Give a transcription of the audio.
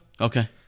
Okay